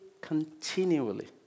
continually